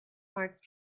mark